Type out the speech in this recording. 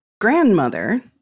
grandmother